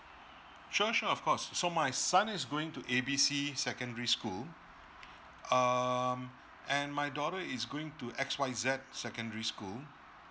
sure sure of course so my son is going to A B C secondary school um and my daughter is going to X Y Z secondary school